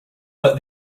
but